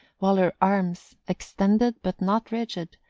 while her arms, extended but not rigid,